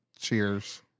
Cheers